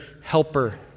helper